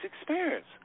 experience